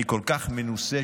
אני כל כך מנוסה,